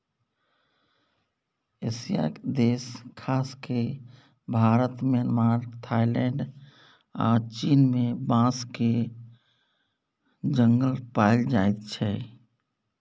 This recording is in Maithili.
एशियाई देश खास कए भारत, म्यांमार, थाइलैंड आ चीन मे बाँसक जंगल पाएल जाइ छै